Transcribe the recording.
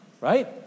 Right